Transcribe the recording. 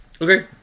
Okay